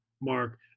Mark